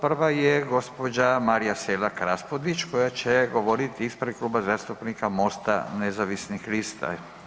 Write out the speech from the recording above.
Prva je gospođa Marija Selak Rasupudć koja će govoriti ispred Kluba zastupnika Mosta nezavisnih lista.